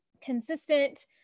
consistent